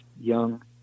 young